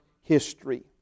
history